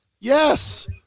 Yes